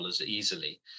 easily